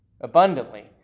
abundantly